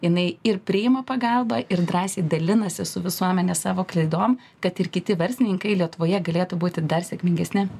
jinai ir priima pagalbą ir drąsiai dalinasi su visuomene savo kleidom kad ir kiti verslininkai lietuvoje galėtų būti dar sėkmingesni